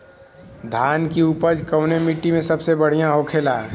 धान की उपज कवने मिट्टी में सबसे बढ़ियां होखेला?